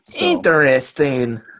Interesting